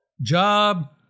job